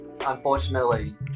Unfortunately